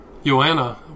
Joanna